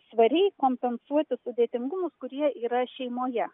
svariai kompensuoti sudėtingumus kurie yra šeimoje